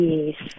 Yes